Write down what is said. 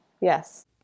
Yes